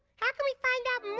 how can we find out